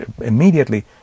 immediately